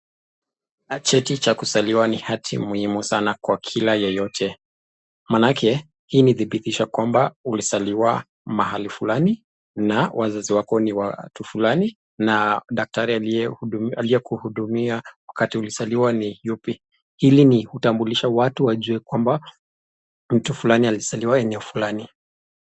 Cheti cha kuzaliwa ni hati muhimu sana kwa kila yeyote. Maanake hii ni dhibitisho ya kwamba ulizaliwa mahali fulani na wazazi wako ni watu fulani na daktari aliyekuhudumia wakati ulizaliwa ni yupi. Hili ni kutambulisha watu wajue kwamba mtu fulani alizaliwa eneo fulani.